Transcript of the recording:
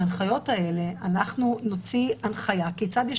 בהנחיות האלה אנחנו נוציא הנחיה כיצד יש